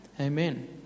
Amen